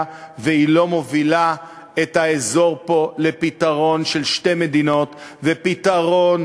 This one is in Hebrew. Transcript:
והיא לא מובילה את האזור פה לפתרון של שתי מדינות ופתרון